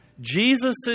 Jesus